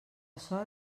sort